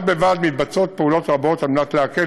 בד-בבד מתבצעות פעולות רבות כדי להקל